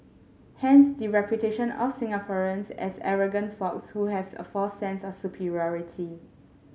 hence the reputation of Singaporeans as arrogant folks who have a false sense of superiority